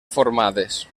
formades